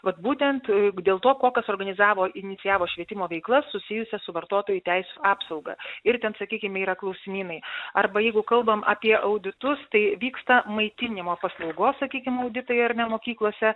vat būtent dėl to kokios organizavo inicijavo švietimo veiklas susijusias su vartotojų teisių apsauga ir ten sakykim yra klausimynai arba jeigu kalbam apie auditus tai vyksta maitinimo paslaugos sakykim auditai ar ne mokyklose